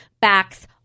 backs